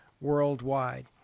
worldwide